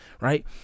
right